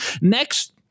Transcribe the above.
Next